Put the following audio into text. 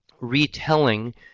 Retelling